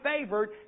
favored